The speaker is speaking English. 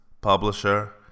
publisher